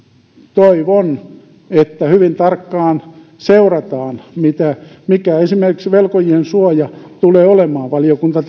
toivon että hyvin tarkkaan seurataan mikä esimerkiksi velkojien suoja tulee olemaan valiokunta